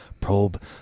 Probe